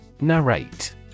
Narrate